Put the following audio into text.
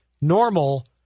normal